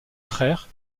frères